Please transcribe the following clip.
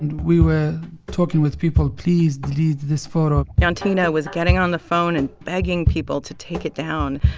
we were talking with people, please delete this photo jantine ah was getting on the phone and begging people to take it down.